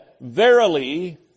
Verily